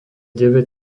deväť